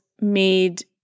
made